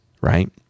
right